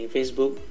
Facebook